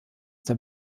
der